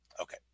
Okay